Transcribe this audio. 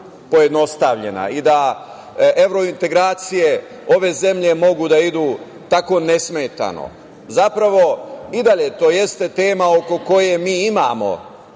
pojednostavljena i da evrointegracije ove zemlje mogu da idu tako nesmetano. Zapravo, i dalje to jeste tema oko koje mi imamo